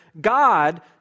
God